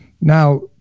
now